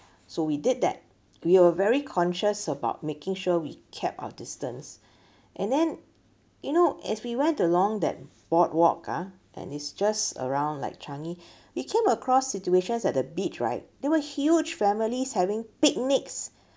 so we did that we were very conscious about making sure we kept our distance and then you know as we went along that boardwalk ah and it's just around like changi we came across situations at the beach right there were huge families having picnics